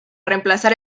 reemplazar